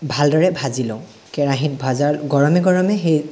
ভালদৰে ভাজি লওঁ কেৰাহিত ভজা গৰমে গৰমে সেই